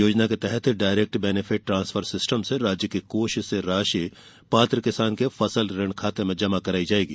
योजना के तहत डायरेक्ट बेनिफिट ट्रांसफर सिस्टम से राज्य के कोष से राशि पात्र किसान के फसल ऋण खाते में जमा कराई जाएगी